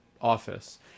office